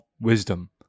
wisdom